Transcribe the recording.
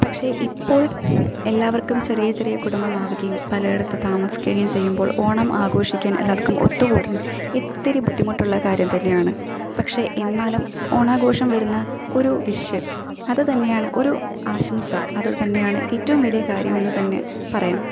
പക്ഷെ ഇപ്പോൾ എല്ലാവർക്കും ചെറിയ ചെറിയ കുടുംബം ആവുകയും പലയിടത്തും താമസിക്കുകയും ചെയുമ്പോൾ ഓണം ആഘോഷിക്കാൻ എല്ലാവർക്കും ഒത്തുകൂടാൻ ഇത്തിരി ബുദ്ധിമുട്ടുള്ള കാര്യം തന്നെയാണ് പക്ഷെ എന്നാലും ഓണാഘോഷം വരുന്ന ഒരു വിഷ് അത് തന്നെയാണ് ഒരു ആശംസ അതുതന്നെയാണ് ഏറ്റവും വലിയ കാര്യം എന്ന് തന്നെ പറയാം